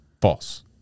False